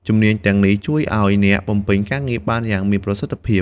ជំនាញទាំងនេះជួយឱ្យអ្នកបំពេញការងារបានយ៉ាងមានប្រសិទ្ធភាព។